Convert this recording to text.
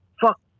fuck